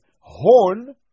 horn